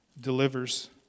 delivers